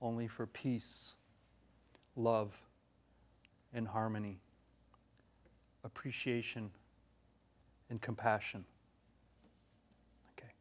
only for peace love and harmony appreciation and compassion